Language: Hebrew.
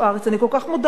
אני כל כך מודה לך.